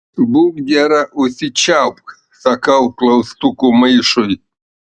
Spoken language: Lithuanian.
būk gera užsičiaupk sakau klaustukų maišui